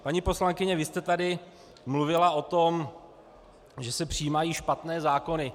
Paní poslankyně, vy jste tady mluvila o tom, že se přijímají špatné zákony.